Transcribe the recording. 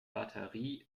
batterie